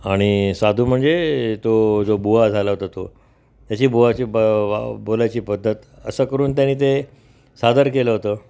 आणि साधू म्हणजे तो जो बुवा झाला होता तो त्याची बुवाची ब वा बोलायची पद्धत असं करून त्यानी ते सादर केलं होतं